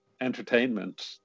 entertainment